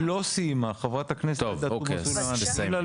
היא לא סיימה, חה"כ עאידה תומא סלימאן.